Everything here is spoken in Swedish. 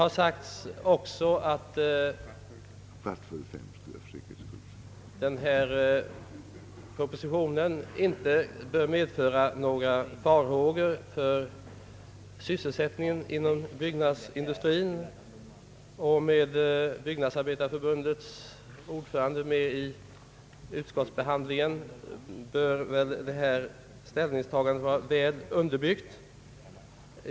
Det har också sagts att denna proposition inte bör medföra några farhågor för sysselsättningen inom byggnadsindustrien. Då byggnadsarbetarförbundets ordförande varit med i utskottsbehandlingen bör väl detta ställningstagande vara väl underbyggt.